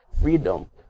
freedom